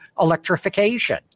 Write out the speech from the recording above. electrification